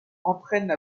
entraînent